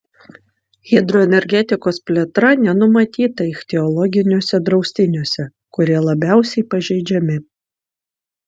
hidroenergetikos plėtra nenumatyta ichtiologiniuose draustiniuose kurie labiausiai pažeidžiami